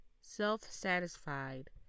self-satisfied